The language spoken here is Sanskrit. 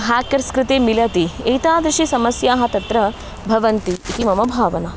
हाकर्स् कृते मिलति एतादृश्यः समस्याः तत्र भवन्ति इति मम भावना